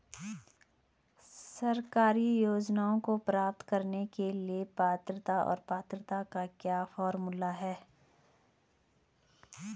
सरकारी योजनाओं को प्राप्त करने के लिए पात्रता और पात्रता का क्या फार्मूला है?